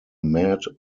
mad